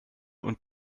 und